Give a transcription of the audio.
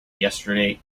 yesterday